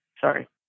Sorry